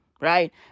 right